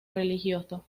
religioso